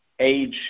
age